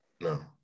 No